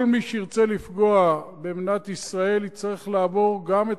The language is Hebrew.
כל מי שירצה לפגוע במדינת ישראל יצטרך לעבור גם את